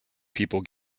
people